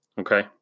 Okay